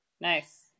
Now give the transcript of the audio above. Nice